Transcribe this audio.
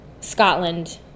Scotland